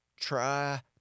Try